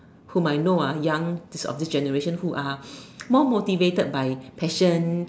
whom I know ah young this of this generation who are more motivated by passion